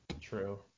True